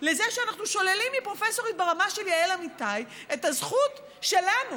לכך שאנחנו שוללים מפרופסורית ברמה של יעל אמיתי את הזכות שלנו,